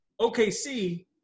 OKC